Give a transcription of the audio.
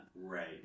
Right